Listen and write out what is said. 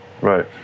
Right